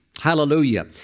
Hallelujah